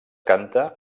canta